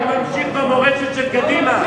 נמשיך במורשת של קדימה.